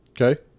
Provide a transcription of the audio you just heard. Okay